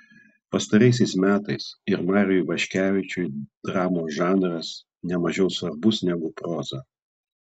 pastaraisiais metais ir mariui ivaškevičiui dramos žanras ne mažiau svarbus negu proza